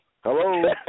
Hello